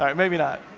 um maybe not.